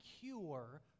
cure